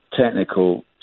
technical